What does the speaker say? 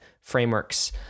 frameworks